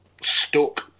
stuck